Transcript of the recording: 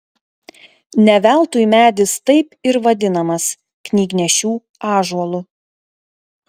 ne veltui medis taip ir vadinamas knygnešių ąžuolu